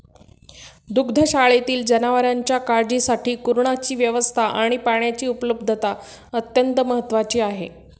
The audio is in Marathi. दुग्धशाळेतील जनावरांच्या काळजीसाठी कुरणाची व्यवस्था आणि पाण्याची उपलब्धता अत्यंत महत्त्वाची आहे